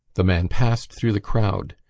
the man passed through the crowd,